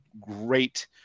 great